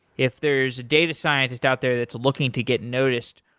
if there is a data scientist out there that's looking to get noticed,